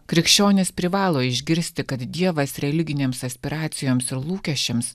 krikščionys privalo išgirsti kad dievas religinėms aspiracijoms ir lūkesčiams